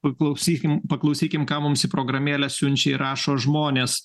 paklausykim paklausykim ką mums į programėlę siunčia ir rašo žmonės